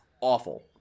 awful